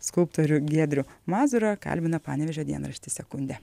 skulptorių giedrių mazūrą kalbina panevėžio dienraštis sekundė